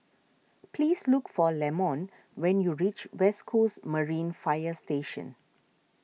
please look for Lamont when you reach West Coast Marine Fire Station